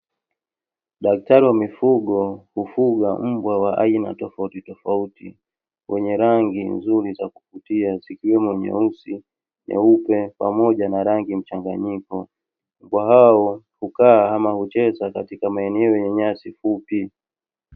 Daktari wa mifugo hufuga mbwa wa aina tofautitofauti wenye rangi nzuri za kuvutia zikiwemo nyeusi, nyeupe pamoja na rangi mchanganyiko. Mbwa hao hukaa ama hucheza katika maeneo yenye nyasi fupi.